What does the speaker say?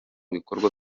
bikorwa